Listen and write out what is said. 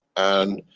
and.